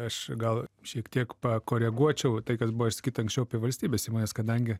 aš gal šiek tiek pakoreguočiau tai kas buvo išsakyta anksčiau apie valstybės įmones kadangi